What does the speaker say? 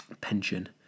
pension